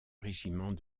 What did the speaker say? régiment